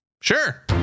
Sure